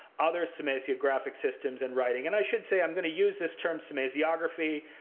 other semasiographic systems, and writing. and i should say i'm going to use this term semasiography.